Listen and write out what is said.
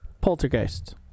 poltergeist